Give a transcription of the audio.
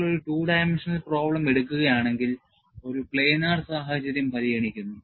നിങ്ങൾ ഒരു two dimensional problem എടുക്കുകയാണെങ്കിൽ ഒരു planar സാഹചര്യം പരിഗണിക്കുന്നു